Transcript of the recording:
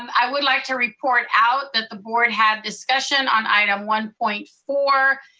i would like to report out that the board had discussion on item one point four,